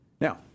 Now